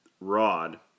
rod